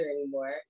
anymore